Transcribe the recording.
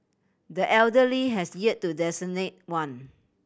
the elder Lee has yet to designate one